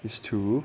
is to